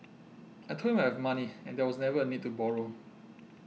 I told him I have money and there was never a need to borrow